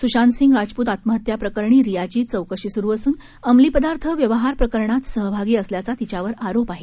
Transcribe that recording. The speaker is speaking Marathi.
स्शांत सिंग राजपूत आत्महत्या प्रकरणी रियाची चौकशी सुरु असून अमली पदार्थ व्यवहार प्रकरणात सहभागी असल्याचा तिच्यावर आरोप आहे